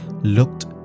Looked